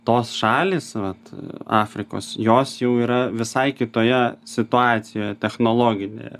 tos šalys vat afrikos jos jau yra visai kitoje situacijoje technologinėje